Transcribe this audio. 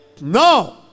No